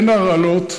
אין הרעלות,